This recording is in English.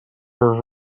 were